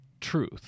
truth